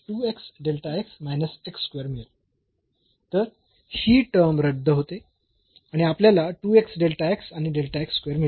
तर ही टर्म रद्द होते आणि आपल्याला आणि मिळते